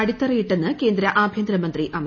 അടിത്തറയിട്ടെന്ന് കേന്ദ്ര ആഭ്യന്തര മന്ത്രി അമിത് ഷാ